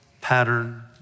pattern